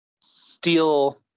steal